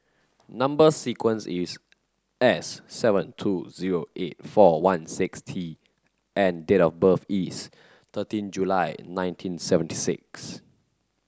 number sequence is S seven two zero eight four one six T and date of birth is thirteen July nineteen seventy six